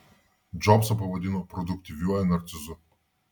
džobsą pavadino produktyviuoju narcizu